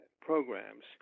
programs